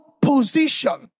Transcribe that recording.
position